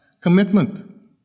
Commitment